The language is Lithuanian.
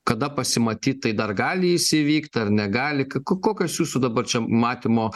kada pasimatyt tai dar gali jis įvykt ar negali ko kokios jūsų dabar čia matymo